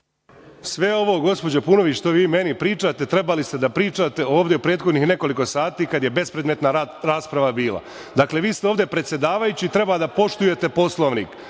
Sve ovo gospođo Paunović što vi meni pričate trebali ste da pričate ovde u prethodnih nekoliko sati kada je bespredmetna rasprava bila. Dakle, vi ste ovde predsedavajući, treba da poštujete Poslovnik,